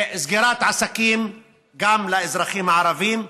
סגירת עסקים גם על אזרחים הערבים?